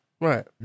right